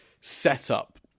setup